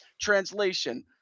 Translation